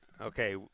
Okay